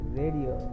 radio